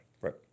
Right